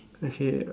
okay